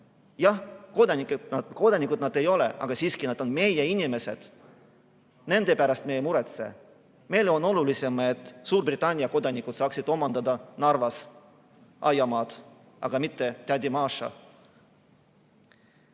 jah, kodanikud nad ei ole, aga siiski nad on meie inimesed. Nende pärast me ei muretse. Meile on olulisem, et Suurbritannia kodanikud saaksid omandada Narvas aiamaad, aga mitte tädi Maša.